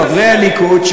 חברי הליכוד,